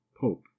pope